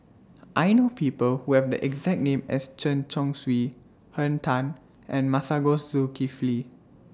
I know People Who Have The exact name as Chen Chong Swee Henn Tan and Masagos Zulkifli